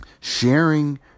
Sharing